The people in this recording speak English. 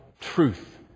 truth